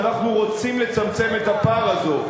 ואנחנו רוצים לצמצם את הפער הזה,